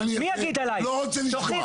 מה אני אעשה לא רוצה לשמוע,